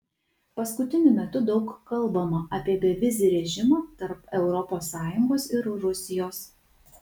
paskutiniu metu daug kalbama apie bevizį režimą tarp europos sąjungos ir rusijos